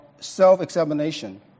self-examination